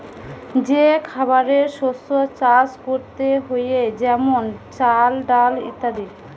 যে খাবারের শস্য চাষ করতে হয়ে যেমন চাল, ডাল ইত্যাদি